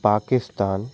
Pakistan